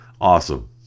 Awesome